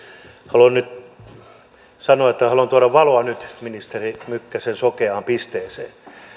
haluan nyt sanoa että haluan tuoda valoa ministeri mykkäsen sokeaan pisteeseen